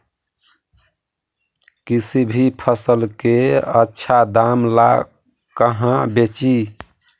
किसी भी फसल के आछा दाम ला कहा बेची?